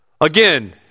Again